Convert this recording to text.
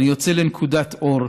אני יוצא לנקודת אור,